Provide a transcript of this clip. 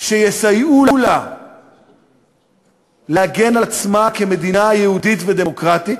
שיסייעו לה להגן על עצמה כמדינה יהודית ודמוקרטית,